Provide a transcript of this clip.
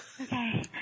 Okay